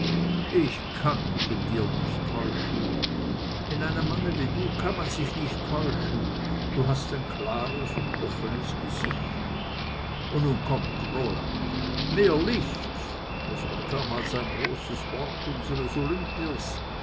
ich kann mich in dir nicht täuschen in einem manne wie du kann man sich nicht täuschen du hast ein klares und offnes gesicht und nun komm krola mehr licht das war damals ein großes wort